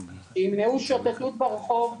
ימנעו שוטטות ברחוב,